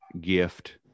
gift